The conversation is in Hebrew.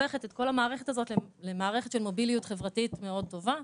הופכת את כל המערכת הזאת למערכת של מוביליות חברתית מאוד טובה.